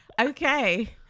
okay